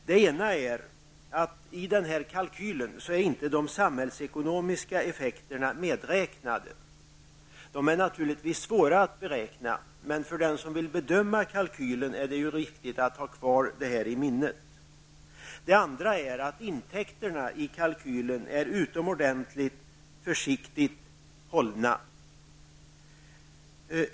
Det ena är att de samhällsekonomiska effekterna inte är medräknade i den här kalkylen. De är naturligtvis svåra att beräkna, men det är riktigt att ha detta kvar i minnet för den som vill bedöma kalkylen. Det andra är att intäkterna i kalkylen är utomordentligt försiktigt hållna.